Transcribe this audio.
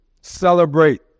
celebrate